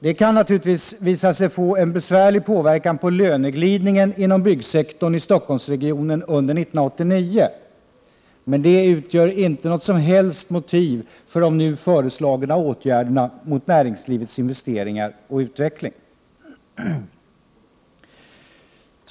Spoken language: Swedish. Detta kan naturligtvis visa sig få en besvärlig inverkan på löneglidningen inom byggsektorn i Stockholmsregionen under 1989, men det utgör inte något som helst motiv för de nu föreslagna åtgärderna mot näringslivets investeringar och utveckling.